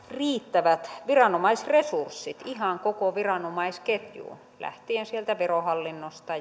riittävät viranomaisresurssit ihan koko viranomaisketjuun lähtien sieltä verohallinnosta